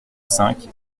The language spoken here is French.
cinq